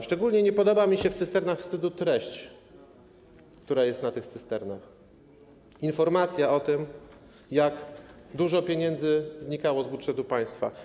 Szczególnie nie podoba mi się w cysternach wstydu treść napisu, który jest na nich, informacja o tym, jak dużo pieniędzy znikało z budżetu państwa.